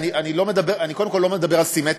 אני קודם כול לא מדבר על סימטריה,